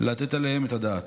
לתת עליהן את הדעת.